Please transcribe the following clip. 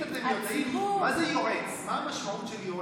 כמעט 30 שרים הייתם, ונורבגים, לא קיבלתם ג'ובים?